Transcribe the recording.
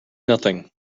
nothing